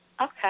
Okay